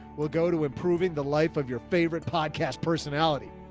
we'll go to improving the life of your favorite podcast. personality.